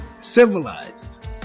civilized